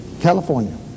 California